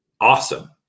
awesome